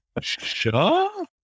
Sure